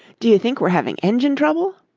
do you think we're having engine trouble?